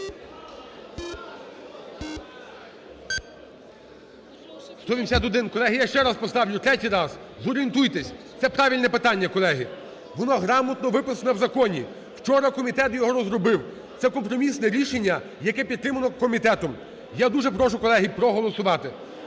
За-181 Колеги, я ще раз поставлю, третій раз. Зорієнтуйтесь, це правильне питання, колеги. Воно грамотно виписано в законі, вчора комітет його розробив. Це компромісне рішення, яке підтримано комітетом. Я дуже прошу, колеги, проголосувати.